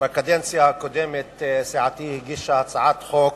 בקדנציה הקודמת סיעתי הגישה הצעת חוק